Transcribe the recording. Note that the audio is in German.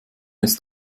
ist